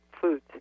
foods